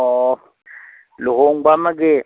ꯑꯣ ꯂꯨꯍꯣꯡꯕ ꯑꯃꯒꯤ